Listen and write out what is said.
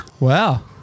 Wow